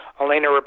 Elena